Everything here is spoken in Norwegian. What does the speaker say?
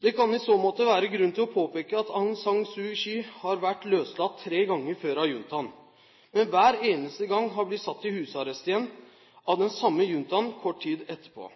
Det kan i så måte være grunn til å påpeke at Aung San Suu Kyi har vært løslatt tre ganger før av juntaen, men hver eneste gang har hun blitt satt i husarrest igjen av den samme juntaen kort tid etterpå.